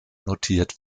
notiert